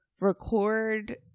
record